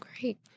Great